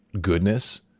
goodness